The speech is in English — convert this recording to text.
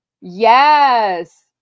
yes